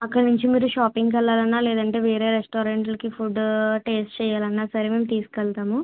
అక్కడి నుంచి మీరు షాపింగ్కి వెళ్ళాలి అన్నా లేదంటే వేరే రెస్టారెంట్లకి ఫుడ్ టేస్ట్ చెయ్యాలి అన్నా సరే మేము తీసుక వెళ్తాము